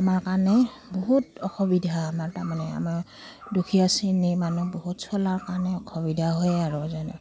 আমাৰ কাৰণেই বহুত অসুবিধা আমাৰ তাৰমানে আমাৰ দুখীয়া শ্ৰেণী মানুহৰ বহুত চলাৰ কাৰণে অসুবিধা হয় আৰু যেনিবা